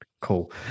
Cool